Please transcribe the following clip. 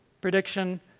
Prediction